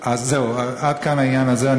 זהו, עד כאן העניין הזה.